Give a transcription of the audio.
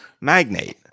Magnate